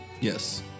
Yes